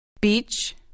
Beach